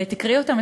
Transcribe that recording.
תקראי אותם,